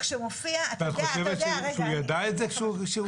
את חושבת שהוא ידע את זה כשהוא דיבר?